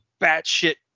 batshit